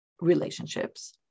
relationships